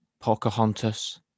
Pocahontas